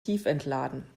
tiefentladen